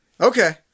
Okay